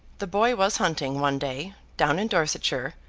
the boy was hunting, one day, down in dorsetshire,